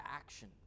action